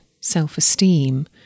self-esteem